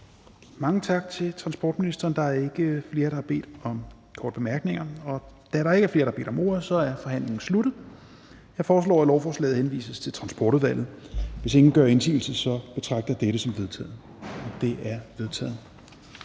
Mange tak til transportministeren; der er ikke flere, der har bedt om korte bemærkninger. Da der ikke er flere, der har bedt om ordet, er forhandlingen sluttet. Jeg foreslår, at lovforslaget henvises til Transportudvalget. Hvis ingen gør indsigelse, betragter jeg dette som vedtaget. Det er vedtaget.